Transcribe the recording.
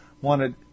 wanted